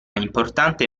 importante